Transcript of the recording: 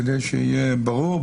כדי שיהיה ברור,